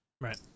Right